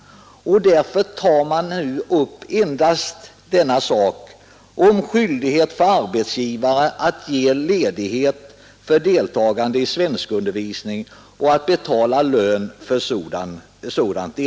Dä endast frågan om skyldighet för arbetsgivare att ge ledighet för deltagande i svenskundervisning och att betala lön för sådant deltagande.